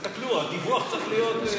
תסתכלו, הדיווח צריך להיות,